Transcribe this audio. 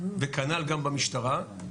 וכנ"ל גם במשטרה,